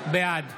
בעד